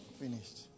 finished